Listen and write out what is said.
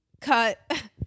cut